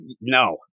No